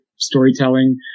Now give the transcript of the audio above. storytelling